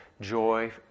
joy